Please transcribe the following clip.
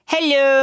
Hello